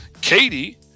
Katie